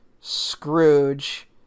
Scrooge